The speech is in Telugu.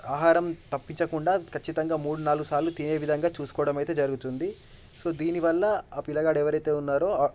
ఆహారం తప్పించకుండా ఖచ్చితంగా మూడు నాలుగు సార్లు తినే విధంగా చూసుకోవడం అయితే జరుగుతుంది సో దీనివల్ల ఆ పిల్లగాడు ఎవరైతే ఉన్నారో